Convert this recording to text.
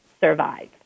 survive